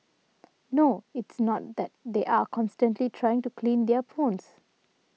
no it's not that they are constantly trying to clean their phones